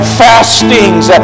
fastings